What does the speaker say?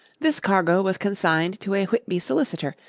this cargo was consigned to a whitby solicitor,